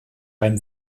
beim